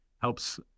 helps